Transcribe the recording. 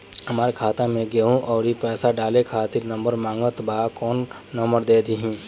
हमार खाता मे केहु आउर पैसा डाले खातिर नंबर मांगत् बा कौन नंबर दे दिही?